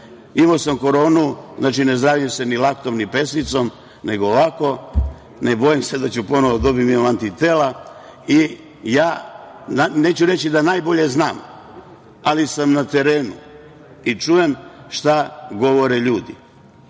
imao sam koronu, znači ne zdravim se ni laktom ni pesnicom, nego ovako, ne bojim se da ću ponovo dobiti, imam antitela, i neću reći da najbolje znam, ali sam na terenu i čujem šta govore ljudi.